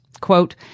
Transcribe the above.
quote